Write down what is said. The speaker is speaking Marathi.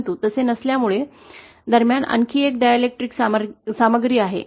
परंतु तसे नसल्यामुळे दरम्यान आणखी एक डायलेक्ट्रिक सामग्री आहे